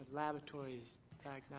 laboratories,